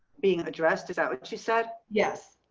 being addressed. is that what you said. yes.